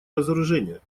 разоружение